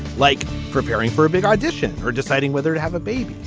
like preparing for a big audition or deciding whether to have a baby.